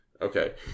Okay